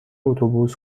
اتوبوس